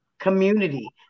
community